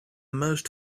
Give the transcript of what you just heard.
most